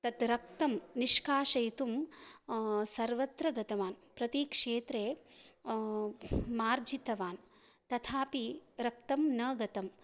तत् रक्तं निष्काशयितुं सर्वत्र गतवान् प्रतिक्षेत्रे मार्जितवान् तथापि रक्तं न गतम्